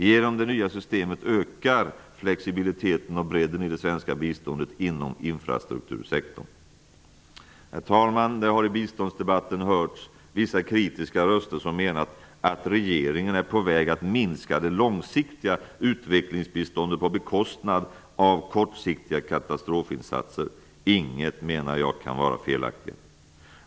Genom det nya systemet ökar flexibiliteten och bredden i det svenska biståndet inom infrastruktursektorn. Herr talman! Det har i biståndsdebatten hörts vissa kritiska röster som menar att regeringen är på väg att minska det långsiktiga utvecklingsbiståndet till förmån för kortsiktiga katastrofinsatser. Inget, menar jag, kan vara felaktigare.